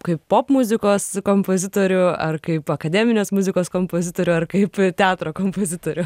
kaip popmuzikos kompozitorių ar kaip akademinės muzikos kompozitorių ar kaip teatro kompozitorių